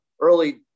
early